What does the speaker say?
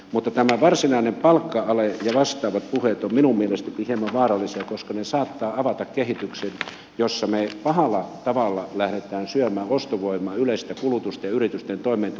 mutta tämä varsinainen palkka ale ja vastaavat puheet ovat minunkin mielestäni hieman vaarallisia koska ne saattavat avata kehityksen jossa me pahalla tavalla lähdemme syömään ostovoimaa yleistä kulutusta ja yritysten toimeentuloedellytyksiä